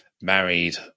married